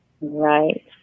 right